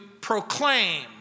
proclaim